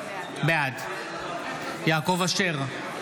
בעד יעקב אשר,